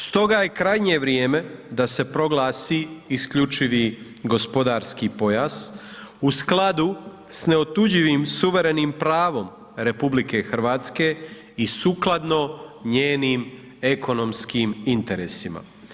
Stoga je krajnje vrijeme da se proglasi isključivi gospodarski pojas u skladu sa neotuđivim suverenim pravom RH i sukladno njenim ekonomskim interesima.